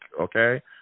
okay